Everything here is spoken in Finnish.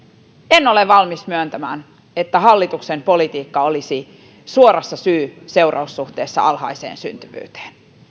en ole valmis myöntämään että hallituksen politiikka olisi suorassa syy seuraus suhteessa alhaiseen syntyvyyteen